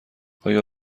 آیا